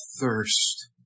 thirst